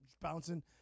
bouncing